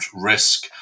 risk